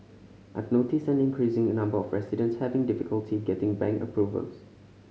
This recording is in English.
I've noticed an increasing number of residents having difficulty getting bank approvals